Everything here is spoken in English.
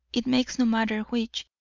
it makes no matter which,